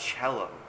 cello